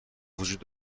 وجود